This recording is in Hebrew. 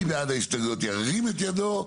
מי בעד ההסתייגויות ירים את ידו?